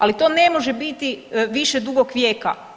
Ali to ne može biti više dugog vijeka.